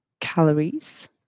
calories